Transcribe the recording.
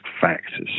factors